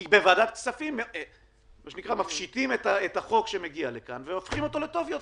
כי בוועדת כספים מפשיטים את החוק שמגיע לכאן והופכים אותו לטוב יותר.